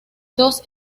dos